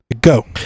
Go